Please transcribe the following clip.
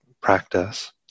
practice